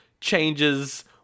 changes